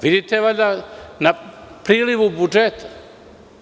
Vidite valjda na prilivu budžetu.